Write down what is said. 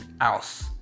else